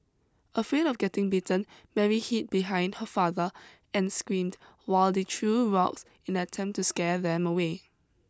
afraid of getting bitten Mary hid behind her father and screamed while they threw rocks in an attempt to scare them away